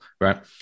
Right